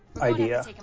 idea